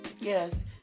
yes